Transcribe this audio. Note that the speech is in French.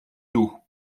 d’eau